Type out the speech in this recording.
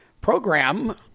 program